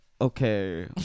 okay